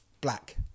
black